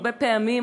הרבה פעמים,